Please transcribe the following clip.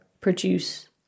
produce